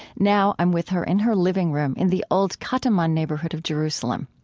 now i'm with her in her living room in the old katamon neighborhood of jerusalem.